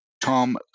Tom